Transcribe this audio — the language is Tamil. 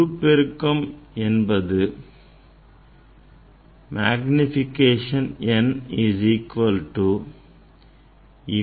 உருப்பெருக்கம் என்பது பிம்பத்தின் உயரத்தை பொருளின் உயரத்தால் வகுக்க கிடைப்பதாகும்